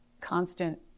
constant